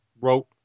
wrote